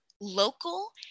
local